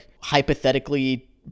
hypothetically